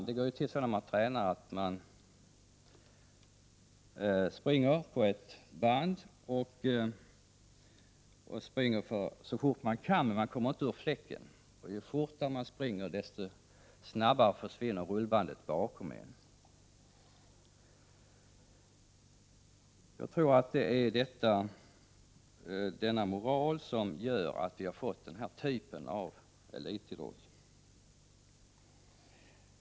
Det går ju till så vid träning att man springer så fort man kan på ett band utan att komma ur fläcken. Ju fortare man springer, desto snabbare försvinner rullbandet bakom en. Jag tror att det är denna moral som fört med sig att vi har fått den här typen av elitidrott.